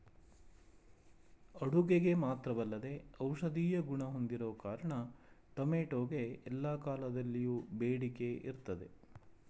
ಅಡುಗೆಗೆ ಮಾತ್ರವಲ್ಲದೇ ಔಷಧೀಯ ಗುಣ ಹೊಂದಿರೋ ಕಾರಣ ಟೊಮೆಟೊಗೆ ಎಲ್ಲಾ ಕಾಲದಲ್ಲಿಯೂ ಬೇಡಿಕೆ ಇರ್ತದೆ